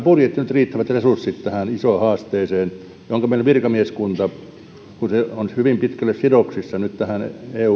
budjetti nyt riittävät resurssit tähän isoon haasteeseen ja onko meillä virkamieskunnassa kun se on hyvin pitkälle sidoksissa nyt tähän eu puheenjohtajuuteen